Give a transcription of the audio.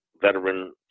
veteran